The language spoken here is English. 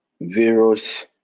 virus